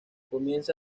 comienza